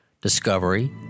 Discovery